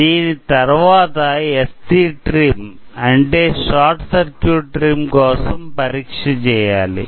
దీని తరువాత S C trim అంటే షార్ట్ సర్క్యూట్ ట్రిమ్ కోసం పరీక్ష చెయ్యాలి